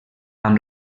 amb